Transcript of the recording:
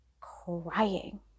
crying